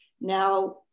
now